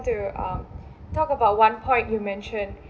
to um talk about one point you mentioned